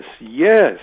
yes